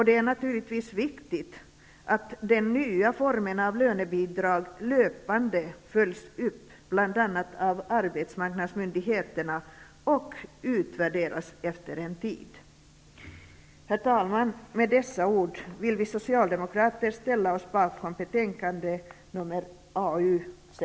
Det är naturligtvis viktigt att den nya formen av lönebidrag löpande förs upp bl.a. av arbetsmarknadsmyndigheterna och efter en tid utvärderas. Herr talman! Med dessa ord vill vi socialdemokrater ställa oss bakom betänkande